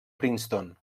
princeton